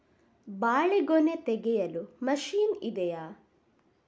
ಬಾಳೆಗೊನೆ ತೆಗೆಯಲು ಮಷೀನ್ ಇದೆಯಾ?